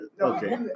Okay